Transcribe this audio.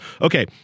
Okay